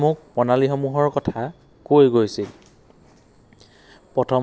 আপোনালোকে তাৰ পৰা মাছখোৱালৈ অৰ্ডাৰটো ডেলিভাৰী কৰাৰ ব্যৱস্থা আছেনে